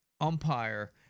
umpire